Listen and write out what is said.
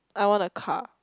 I want a car